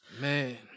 Man